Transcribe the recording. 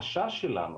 החשש שלנו,